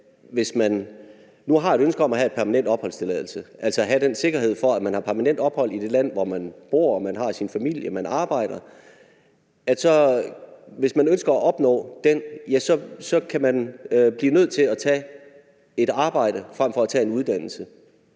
hvis man nu har et ønske om at opnå en permanent opholdstilladelse – altså have den sikkerhed for, at man har permanent ophold i det land, hvor man bor, man har sin familie, og man arbejder – kan man blive nødt til at tage et arbejde frem for at tage en uddannelse.